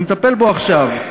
אני מטפל בו עכשיו.